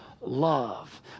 love